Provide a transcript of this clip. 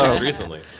Recently